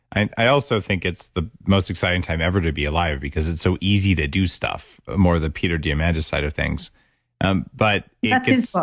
i i also think it's the most exciting time ever to be alive because it's so easy to do stuff, more of the peter diamandis side of things that's um but yeah his fault,